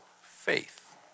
faith